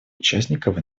участников